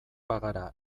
bagara